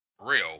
real